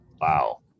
wow